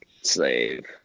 Slave